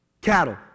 Cattle